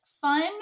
fun